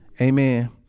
Amen